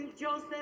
Joseph